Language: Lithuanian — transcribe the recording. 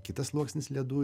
kitas sluoksnis ledų